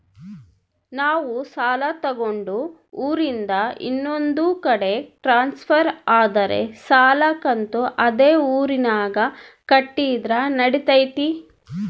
ನಾವು ಸಾಲ ತಗೊಂಡು ಊರಿಂದ ಇನ್ನೊಂದು ಕಡೆ ಟ್ರಾನ್ಸ್ಫರ್ ಆದರೆ ಸಾಲ ಕಂತು ಅದೇ ಊರಿನಾಗ ಕಟ್ಟಿದ್ರ ನಡಿತೈತಿ?